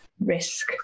risk